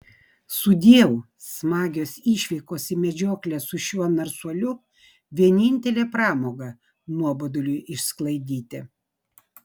sudieu smagios išvykos į medžioklę su šiuo narsuoliu vienintelė pramoga nuoboduliui išsklaidyti